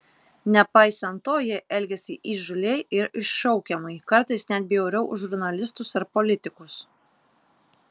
nepaisant to jie elgėsi įžūliai ir iššaukiamai kartais net bjauriau už žurnalistus ar politikus